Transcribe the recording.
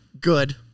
Good